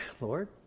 Lord